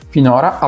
Finora